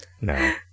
No